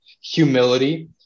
humility